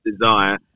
desire